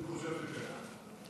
אני חושב שכן.